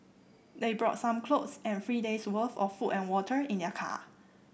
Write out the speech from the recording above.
they brought some clothes and three days' worth of food and water in their car